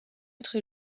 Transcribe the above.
être